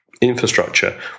infrastructure